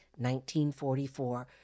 1944